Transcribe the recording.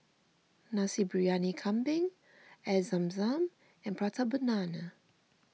Nasi Briyani Kambing Air Zam Zam and Prata Banana